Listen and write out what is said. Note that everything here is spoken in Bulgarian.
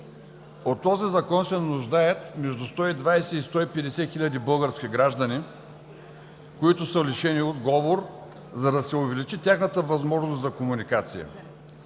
От този Закон се нуждаят между 120 и 150 хиляди български граждани, които са лишени от говор, за да се увеличи тяхната възможност за комуникация.